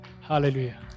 Hallelujah